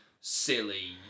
silly